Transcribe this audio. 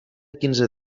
quinze